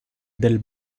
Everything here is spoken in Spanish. del